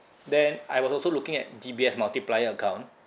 then I was also looking at D_B_S multiplier account